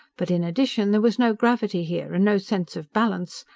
but in addition there was no gravity here, and no sense of balance,